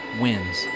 wins